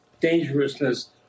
dangerousness